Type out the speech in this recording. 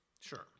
sure